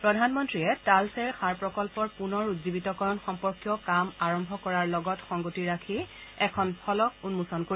প্ৰধানমন্ত্ৰীয়ে টালচেৰ সাৰ প্ৰকল্পৰ পুনৰ উজ্জীৱিতকৰণ সম্পৰ্কীয় কাম আৰম্ভ কৰাৰ লগতে সংগতি ৰাখি এখন ফলক উন্মোচন কৰিব